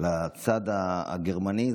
לצד הגרמני,